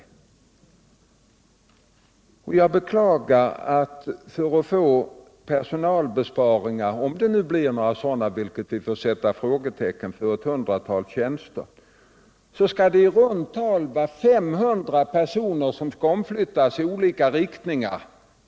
För att vi skall kunna göra personalbesparingar på ett hundratal tjänster — om det nu blir några sådana besparingar, vilket vi i och för sig kan sätta ett frågetecken för — skall i runt tal 500 personer flyttas i olika riktningar.